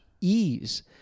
ease